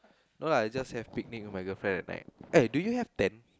no lah I just have picnic with my girlfriend at night ah do you have tent